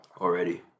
already